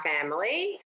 family